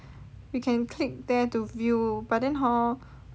we click there to view but then hor